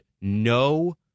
no